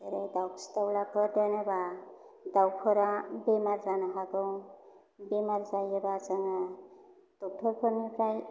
एरै दावखि दावलाफोर दोनोबा दावफोरा बेमार जानो हागौ बेमार जायोबा जोङो डक्ट'रफोरनिफ्राय